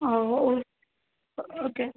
ହଉ ଓକେ